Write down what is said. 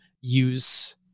use